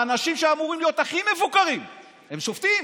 האנשים שאמורים להיות הכי מבוקרים הם שופטים.